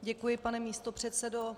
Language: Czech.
Děkuji, pane místopředsedo.